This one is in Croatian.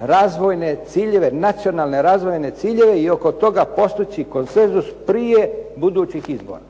razvojne ciljeve, nacionalne razvojne ciljeve i oko toga postići konsenzus prije budućih izbora.